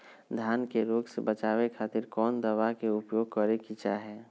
धान के रोग से बचावे खातिर कौन दवा के उपयोग करें कि चाहे?